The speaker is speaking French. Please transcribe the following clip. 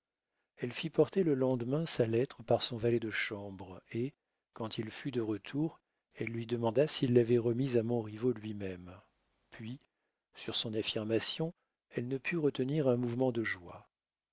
elle fit porter le lendemain sa lettre par son valet de chambre et quand il fut de retour elle lui demanda s'il l'avait remise à montriveau lui-même puis sur son affirmation elle ne put retenir un mouvement de joie